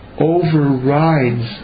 overrides